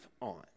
on